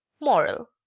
moral.